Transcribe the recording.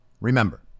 Remember